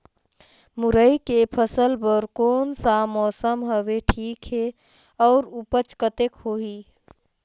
मुरई के फसल बर कोन सा मौसम हवे ठीक हे अउर ऊपज कतेक होही?